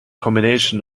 combination